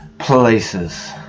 places